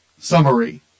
summary